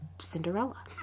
Cinderella